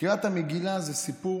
המגילה הוא סיפור